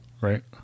right